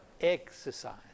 Exercise